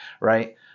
right